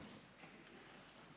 (חברי